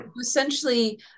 essentially